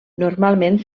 normalment